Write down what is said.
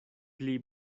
pli